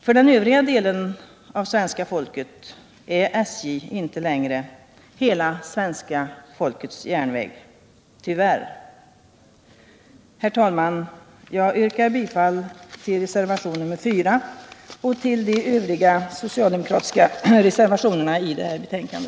För den övriga delen av svenska folket är SJ inte längre ”hela folkets järnväg” — tyvärr. Herr talman! Jag yrkar bifall till reservation nr 4 och till de övriga socialdemokratiska reservationerna vid detta betänkande.